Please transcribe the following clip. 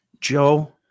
Joe